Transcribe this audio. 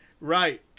Right